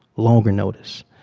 longer notice.